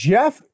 Jeff